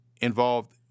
involved